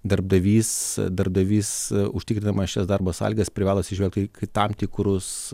darbdavys darbdavys užtikrindamas šias darbo sąlygas privalo atsižvelgt į tam tikrus